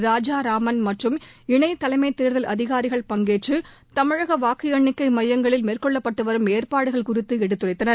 ராஜாராமன் மற்றும் இணை தலைமைத் தேர்தல் அதிகாரிகள் பங்கேற்று தமிழக வாக்கு எண்ணிக்கை மையங்களில் மேற்கொள்ளப்பட்டு வரும் ஏற்பாடுகள் குறித்து எடுத்துரைத்தனர்